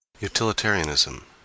Utilitarianism